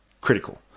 critical